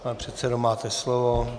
Pane předsedo, máte slovo.